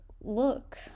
look